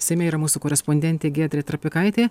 seime yra mūsų korespondentė giedrė trapikaitė